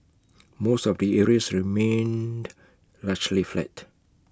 most of the areas remained largely flat